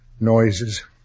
noises